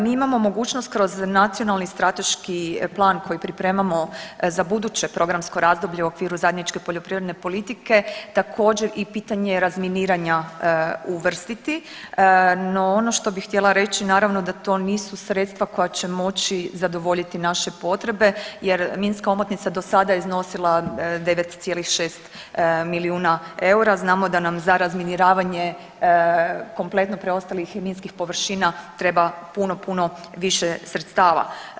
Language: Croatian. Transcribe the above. Mi imamo mogućnost kroz nacionalni strateški plan koji pripremamo za buduće programsko razdoblje u okviru zajedničke poljoprivredne politike također, i pitanje razminiranja uvrstiti, no ono što bih htjela reći, naravno da to nisu sredstva koja će moći zadovoljiti naše potrebe jer minska omotnica do sada je iznosila 9,6 milijuna eura, znamo da nam za razminiravanje kompletno preostalih minskih površina treba puno, puno više sredstava.